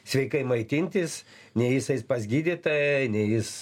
sveikai maitintis nei jis eis pas gydytoją nei jis